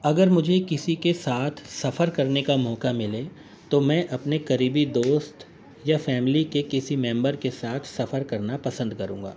اگر مجھے کسی کے ساتھ سفر کرنے کا موقع ملے تو میں اپنے قریبی دوست یا فیملی کے کسی ممبر کے ساتھ سفر کرنا پسند کروں گا